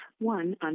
one